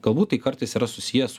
galbūt tai kartais yra susiję su